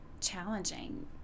Challenging